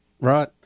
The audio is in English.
Right